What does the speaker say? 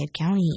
County